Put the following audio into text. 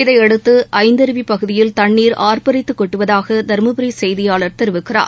இதையடுத்து ஐந்தருவி பகுதியில் தண்ணீர் ஆர்ப்பரித்து கொட்டுவதாக தர்மபுர் செய்தியாளர் தெரிவிக்கிறார்